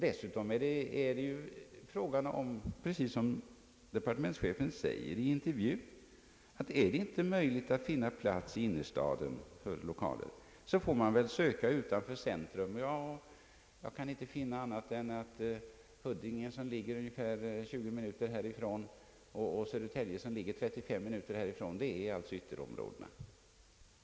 Dessutom är det, som departementschefen säger i en intervju, så att om det inte är möjligt att finna lokaler i innerstaden, får man söka utanför centrum. Jag kan inte finna annat än att Huddinge, som ligger ungefär 20 minuter härifrån, och Södertälje, som ligger cirka 35 minuter härifrån, är ytterområden.